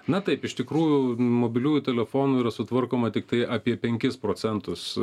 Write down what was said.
na taip iš tikrųjų mobiliųjų telefonų yra sutvarkoma tiktai apie penkis procentus